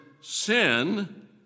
sin